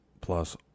plus